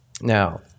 Now